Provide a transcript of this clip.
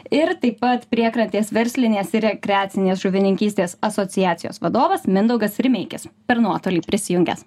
ir taip pat priekrantės verslinės ir rekreacinės žuvininkystės asociacijos vadovas mindaugas rimeikis per nuotolį prisijungęs